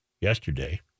yesterday